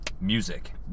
Music